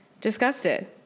disgusted